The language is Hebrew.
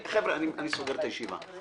חבר'ה, אני סוגר את הישיבה.